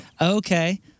Okay